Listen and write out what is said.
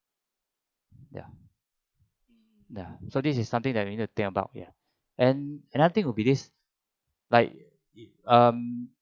ya ya so this is something that you need to think about ya and another thing would be this like um